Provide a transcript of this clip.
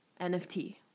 nft